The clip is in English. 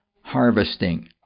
harvesting